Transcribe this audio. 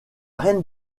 reine